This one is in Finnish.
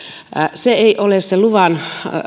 se luvan